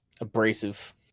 abrasive